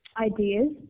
ideas